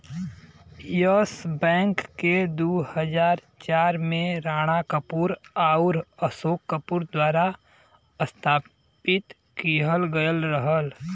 yes Bank के दू हज़ार चार में राणा कपूर आउर अशोक कपूर द्वारा स्थापित किहल गयल रहल